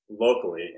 locally